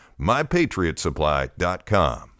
MyPatriotSupply.com